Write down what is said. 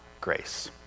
grace